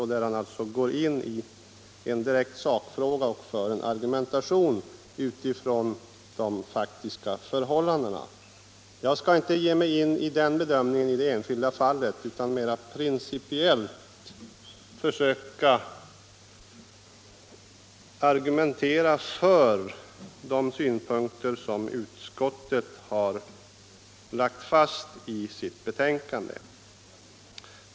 Han går alltså in i en direkt sakfråga och för en argumentation på grundval av de faktiska förhållandena. Jag skall inte ge mig in på någon bedömning i det enskilda fallet utan vill mera principiellt försöka argumentera för de synpunkter som utskottet har lagt fast i sitt betänkande.